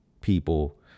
people